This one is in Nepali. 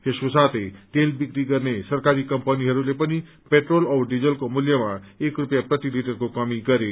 यसको साथै तेल बिक्री गर्ने सरकारी कम्पनीहरूले पनि पेट्रोल औ डीजलको मूल्यमा एक रूपियाँ प्रति लिटरको कमी गरे